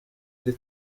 iri